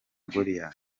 goliyati